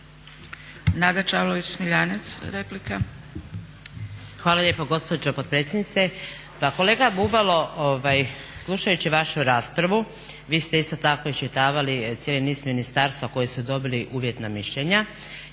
Nada Čavlović Smiljanec, replika.